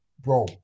bro